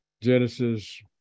Genesis